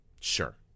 Sure